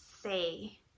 say